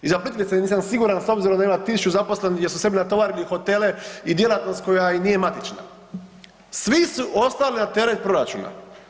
I za Plitvice nisam siguran s obzirom da ima tisuću zaposlenih gdje su sebi natovarili hotele i djelatnost koja i nije matična, svi su ostali na teret proračuna.